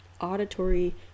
auditory